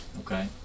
okay